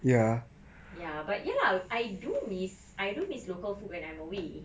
ya but ya lah I do miss I do miss local food when I'm away